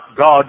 God